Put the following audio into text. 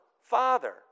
Father